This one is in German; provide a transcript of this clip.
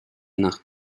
nach